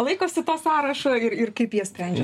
laikosi to sąrašo ir ir kaip jie sprendžia